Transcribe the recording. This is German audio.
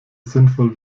sinnvoll